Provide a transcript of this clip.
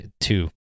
two